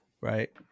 right